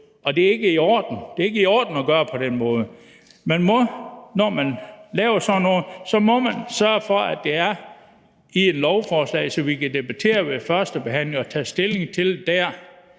Og det er ikke i orden at gøre det på den måde. Når man laver sådan noget, må man sørge for, at det er i et lovforslag, så vi kan debattere det ved førstebehandlingen og tage stilling til det